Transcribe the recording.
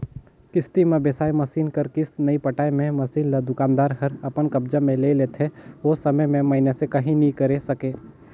किस्ती म बिसाए मसीन कर किस्त नइ पटाए मे मसीन ल दुकानदार हर अपन कब्जा मे ले लेथे ओ समे में मइनसे काहीं नी करे सकें